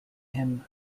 him